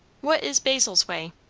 what is basil's way?